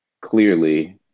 clearly